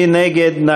מי נגד?